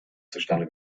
zustande